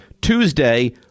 Tuesday